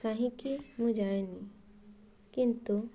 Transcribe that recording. କାହିଁକି ମୁଁ ଜାଣିନି କିନ୍ତୁ